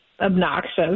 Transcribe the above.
obnoxious